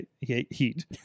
heat